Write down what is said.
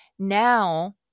Now